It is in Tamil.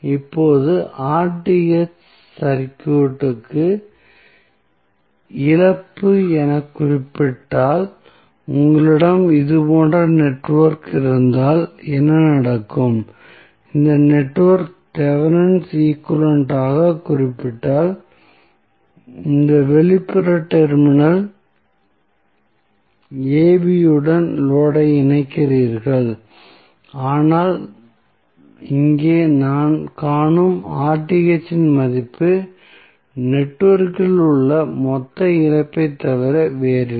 இப்போது சர்க்யூட் இழப்பு எனக் குறிப்பிடப்பட்டால் உங்களிடம் இது போன்ற நெட்வொர்க் இருந்தால் என்ன நடக்கும் இந்த நெட்வொர்க் தெவெனின் ஈக்வலன்ட் ஆகக் குறிப்பிடப்பட்டால் இந்த வெளிப்புற டெர்மினல் ab உடன் லோடு ஐ இணைக்கிறீர்கள் ஆனால் இங்கே நாம் காணும் இன் மதிப்பு நெட்வொர்க்கில் உள்ள மொத்த இழப்பைத் தவிர வேறில்லை